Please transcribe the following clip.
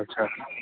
अच्छा